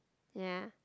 ya